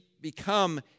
become